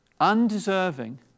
undeserving